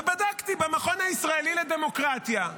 בדקתי במכון הישראלי לדמוקרטיה,